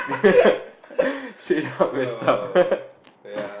straight up messed up